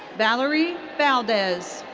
valery valdez.